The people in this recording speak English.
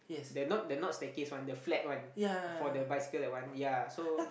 the not the not staircase one the flat one for the bicycle that one yea so